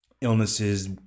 illnesses